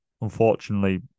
Unfortunately